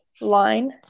line